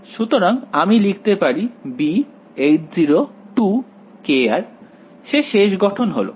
সুতরাং আমি লিখতে পারি bH0 সে শেষ গঠন হল